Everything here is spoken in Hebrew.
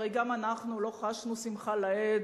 הרי גם אנחנו לא חשנו שמחה לאיד,